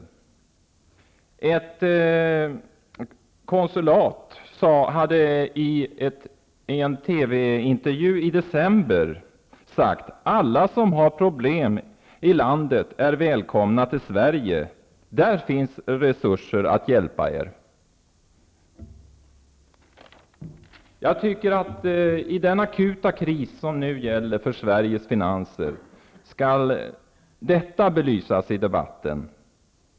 En representant för ett konsulat sade i en TV-intervju i december: Alla som har problem i landet är välkomna till Sverige. Där finns resurser att hjälpa er. I den akuta kris som Sveriges finanser nu befinner sig i skall detta belysas i debatten.